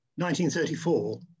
1934